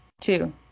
two